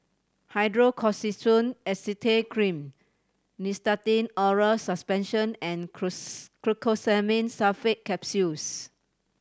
Hydrocortisone Acetate Cream Nystatin Oral Suspension and Glucosamine Sulfate Capsules